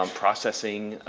um processing,